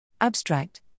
Abstract